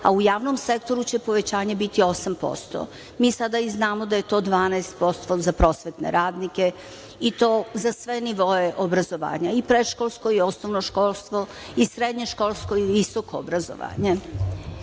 a u javnom sektoru će povećanje biti 8 posto. Mi sada znamo da je to sada 12 posto za prosvetne radnike i to za sve nivoe obrazovanja, i predškolsko i osnovno školstvo i srednje školsko i visoko obrazovanje. Sa